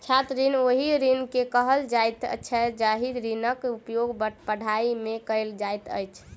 छात्र ऋण ओहि ऋण के कहल जाइत छै जाहि ऋणक उपयोग पढ़ाइ मे कयल जाइत अछि